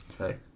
Okay